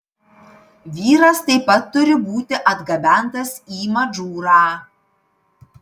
vyras taip pat turi būti atgabentas į madžūrą